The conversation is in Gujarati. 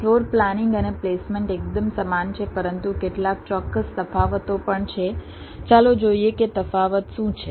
ફ્લોર પ્લાનિંગ અને પ્લેસમેન્ટ એકદમ સમાન છે પરંતુ કેટલાક ચોક્કસ તફાવતો પણ છે ચાલો જોઈએ કે તફાવત શું છે